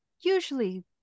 usually